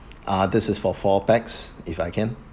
ah this is for four pax if I can